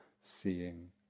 seeing